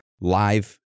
live